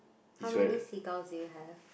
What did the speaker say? how many seagulls do you have